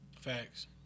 Facts